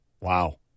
wow